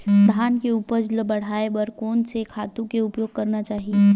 धान के उपज ल बढ़ाये बर कोन से खातु के उपयोग करना चाही?